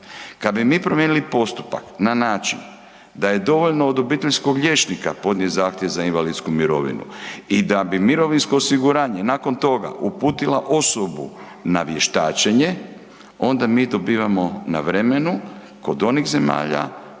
Kada bi mi promijenili postupak na način da je dovoljno od obiteljskog liječnika podnijeti zahtjev za invalidsku mirovinu i da bi mirovinsko osiguranje nakon toga uputila osobu na vještačenje onda mi dobivamo na vremenu kod onih zemalja